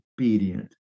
obedient